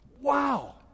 Wow